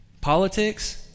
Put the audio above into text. politics